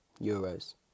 Euros